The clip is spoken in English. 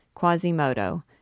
Quasimodo